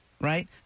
right